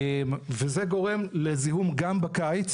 זה גורם לכך שגם בקיץ